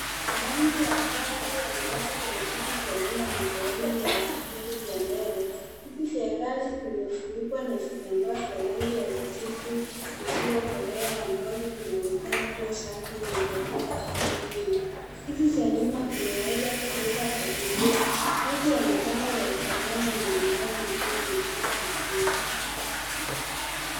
Ndani ya gari ambapo kuna viti vya nyuma na sehemu ya viti vya mbele. Viti vya gari vimefunikwa na vitambaa vya rangi ya kijivu, isiyo kolea ambavyo vinaonekana kuwa safi na ya katika hali nzuri. Viti cha nyuma kinaweza kubeba abiria. Watu wamikanda ya usalama imeonekana ikiwa imefungwa vizuri.